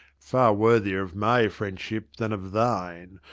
far worthier of my friendship than of thine,